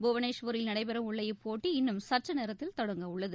புவனேஸ்வரில் நடைபெறவுள்ள இப்போட்டி இன்னும் சற்றுநேரத்தில் தொடங்கவுள்ளது